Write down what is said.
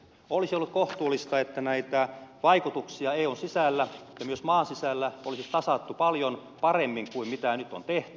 olisi ollut kohtuullista että näitä vaikutuksia eun sisällä ja myös maan sisällä olisi tasattu paljon paremmin kuin mitä nyt on tehty